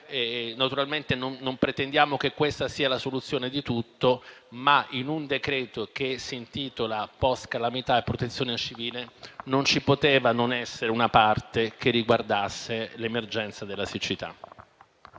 Naturalmente, non pretendiamo che questa sia la soluzione a tutto, ma in un decreto che si occupa del post-calamità e di protezione civile non ci poteva non essere una parte riguardante l'emergenza e la siccità.